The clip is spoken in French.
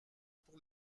pour